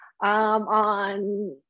On